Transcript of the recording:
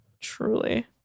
Truly